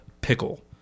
pickle